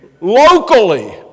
Locally